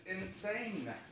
insane